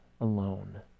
alone